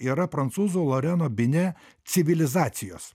yra prancūzo loreno bine civilizacijos